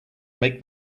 make